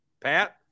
pat